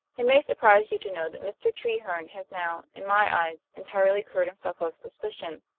it may surprise you to know that mr. treherne has now, in my eyes, entirely cleared himself of suspicion.